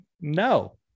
no